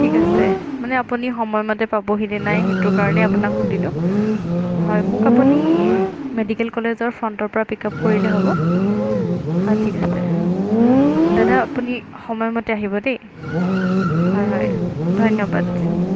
ঠিক আছে মানে আপুনি সময়মতে পাবহি নে নাই সেইটো কাৰণেই আপোনাক সুধিলোঁ হয় মোক আপুনি মেডিকেল কলেজৰ ফণ্টৰপৰা পিকআপ কৰিলে হ'ব হয় ঠিক আছে দাদা আপুনি সময়মতে আহিব দেই হয় হয় ধন্যবাদ